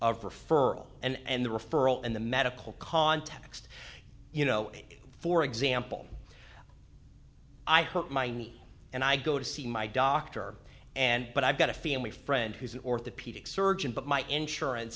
prefer and the referral in the medical context you know for example i hurt my knee and i go to see my doctor and but i've got a family friend who's an orthopedic surgeon but my insurance